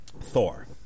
Thor